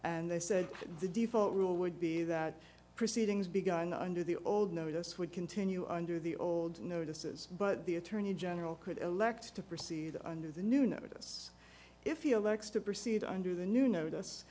and they said the default rule would be that proceedings begun under the old notice would continue under the old notices but the attorney general could elect to proceed under the new notice if you elect to proceed under the new notice